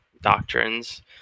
doctrines